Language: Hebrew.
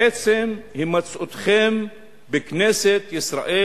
בעצם הימצאותכם בכנסת ישראל,